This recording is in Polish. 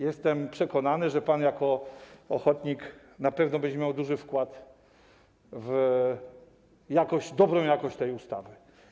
Jestem przekonany, że pan jako ochotnik na pewno będzie miał duży wkład w dobrą jakość tej ustawy.